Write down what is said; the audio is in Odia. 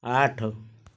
ଆଠ